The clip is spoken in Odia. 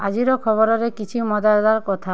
ଆଜିର ଖବରରେ କିଛି ମଜାଦାର କଥା